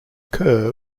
kerr